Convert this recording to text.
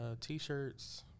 t-shirts